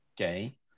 okay